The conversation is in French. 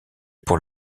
pour